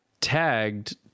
tagged